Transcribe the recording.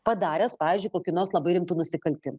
padaręs pavyzdžiui kokių nors labai rimtų nusikaltim